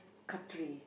country